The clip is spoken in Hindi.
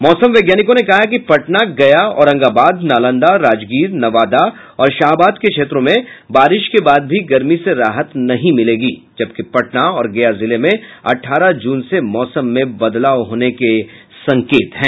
मौसम वैज्ञानिकों ने कहा कि पटना गया औरंगाबाद नालंदा राजगीर नवादा और शाहाबाद के क्षेत्र में बारिश के बाद भी गर्मी से राहत नहीं मिलेगी जबकि पटना और गया जिले में अठारह जून से मौसम में बदलाव होने के संकेत हैं